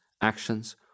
actions